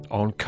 on